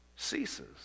ceases